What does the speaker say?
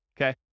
okay